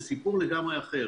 אבל זה סיפור לגמרי אחר.